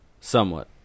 Somewhat